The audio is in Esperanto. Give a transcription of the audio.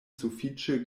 sufiĉe